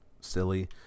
silly